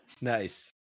Nice